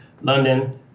London